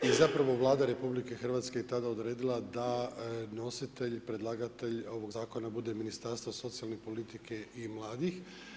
I zapravo Vlada RH je tada odredila da nositelj, predlagatelj ovog zakona bude Ministarstvo socijalne politike i mladih.